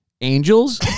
angels